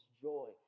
joy